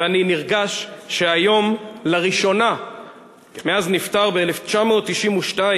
ואני נרגש שהיום, לראשונה מאז נפטר ב-1992,